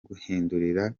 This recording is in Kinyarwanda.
guhindura